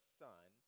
son